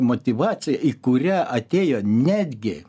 motyvacija į kurią atėjo netgi